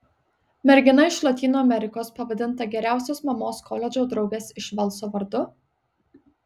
mergina iš lotynų amerikos pavadinta geriausios mamos koledžo draugės iš velso vardu